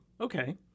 Okay